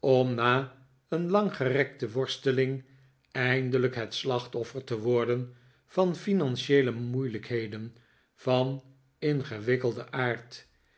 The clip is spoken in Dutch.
om na een langgerekte worsteling eindelijk het slachtoffer te worden van financieele moeilijkheden van ingewikkelden aard